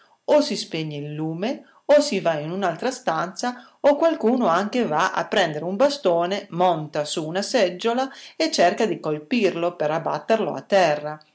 o si spenge il lume o si va in un'altra stanza o qualcuno anche va a prendere un bastone monta su una seggiola e cerca di colpirlo per abbatterlo a terra